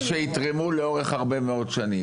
שיתרמו לאורך הרבה מאוד שנים.